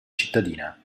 cittadina